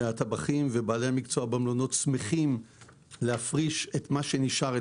הטבחים ובעלי המקצוע במלונות שמחים להפריש את מה שנשאר,